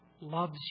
loves